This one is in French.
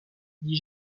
dit